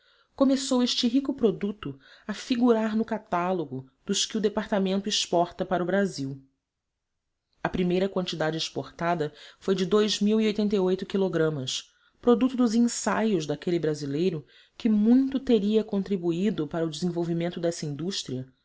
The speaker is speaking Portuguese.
começou este rico produto a figurar no catálogo dos que o departamento exporta para o brasil a primeira quantidade exportada foi de quilogramas produto dos ensaios daquele brasileiro que muito teria contribuído para o desenvolvimento dessa indústria